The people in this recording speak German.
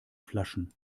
flaschen